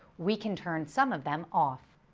we can turn some of them off.